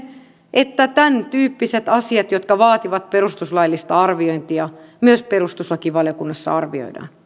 että tämäntyyppiset asiat jotka vaativat perustuslaillista arviointia myös perustuslakivaliokunnassa arvioidaan